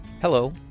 Hello